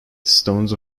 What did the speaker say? stones